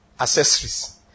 accessories